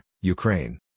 Ukraine